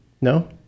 No